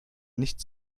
nicht